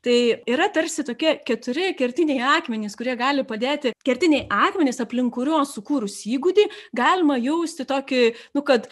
tai yra tarsi tokie keturi kertiniai akmenys kurie gali padėti kertiniai akmenys aplink kuriuos sukūrus įgūdį galima jausti tokį nu kad